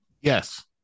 Yes